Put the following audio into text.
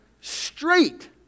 straight